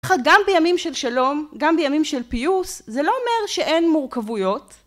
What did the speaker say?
גם בימים של שלום, גם בימים של פיוס, זה לא אומר שאין מורכבויות.